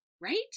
Right